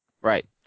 Right